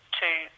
two